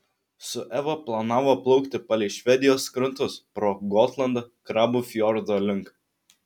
su eva planavo plaukti palei švedijos krantus pro gotlandą krabų fjordo link